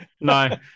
No